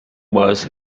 was